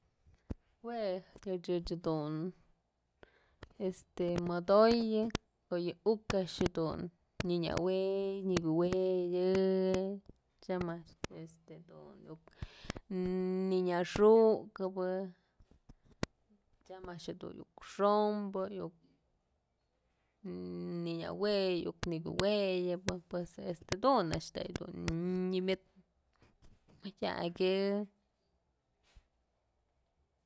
Jue ëch dun modoyë ko'o yë uk a'ax dun nyënëwey nyëkuweyë tyam a'ax este dun nynyaxukëbë tyam a'ax jedun iuk xombë nyënëwey nyëkuweyë pues este jadun a'ax dun nyëmët mëdyakyë.